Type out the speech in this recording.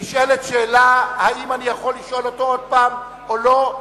נשאלת שאלה האם אני יכול לשאול אותו עוד פעם או לא.